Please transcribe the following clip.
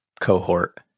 cohort